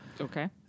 Okay